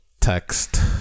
text